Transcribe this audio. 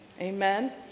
Amen